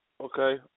Okay